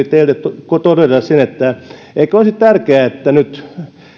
teille pääministeri sen että eikö olisi tärkeää että nyt